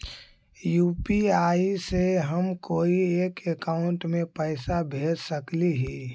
UPI से हम कोई के अकाउंट में पैसा भेज सकली ही?